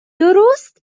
درست